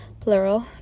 plural